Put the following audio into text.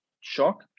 shock